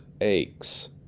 aches